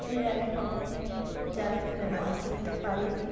মেয়েরা আগে কখনোই জাল ফেলে মাছ ধরতে পারিনি